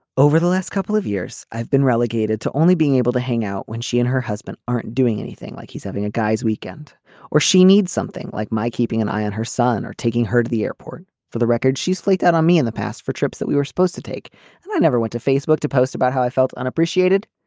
over the last couple of years i've been relegated to only being able to hang out when she and her husband aren't doing anything like he's having a guy's weekend or she needs something like my keeping an eye on her son or taking her to the airport. for the record she's flaked out on me in the past for trips that we were supposed to take and i never went to facebook to post about how i felt unappreciated.